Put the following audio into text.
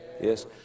Yes